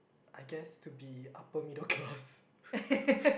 I guess to be upper middle class